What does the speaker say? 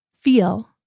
feel